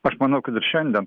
aš manau kad ir šiandien